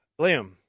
Liam